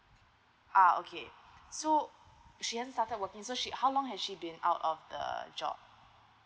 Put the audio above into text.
ah okay so she hasn't started working so she how long has she been out of the err job